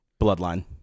Bloodline